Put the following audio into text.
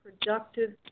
productive